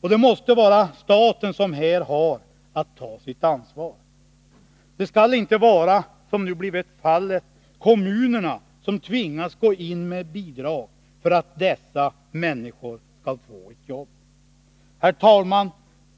Det måste vara staten som här har att ta sitt ansvar. Det skall inte, som nu blivit fallet, vara kommunerna som skall tvingas gå in med bidrag för att dessa människor skall få ett jobb. Herr talman!